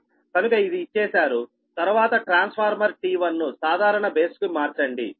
కనుక ఇది ఇచ్చేశారు తర్వాత ట్రాన్స్ఫార్మర్ T1 ను సాధారణ బేస్ కు మార్చండి